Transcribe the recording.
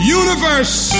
universe